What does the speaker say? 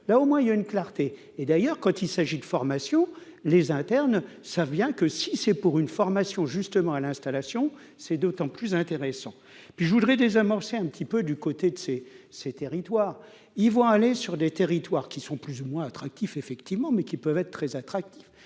là au moins il y a une clarté et d'ailleurs quand il s'agit de formation, les internes savent bien que si c'est pour une formation justement à l'installation, c'est d'autant plus intéressant et puis je voudrais désamorcer un petit peu du côté de ces ces territoires, ils vont aller sur des territoires qui sont plus ou moins attractifs, effectivement, mais qui peuvent être très attractif,